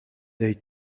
they